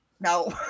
no